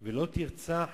לא תרצח